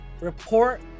report